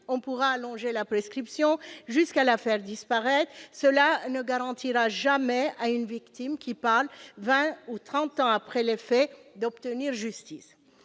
on pourra allonger la prescription jusqu'à la faire disparaître, cela ne garantira jamais à une victime qui parle vingt ou trente ans après les faits d'obtenir justice.